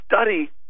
study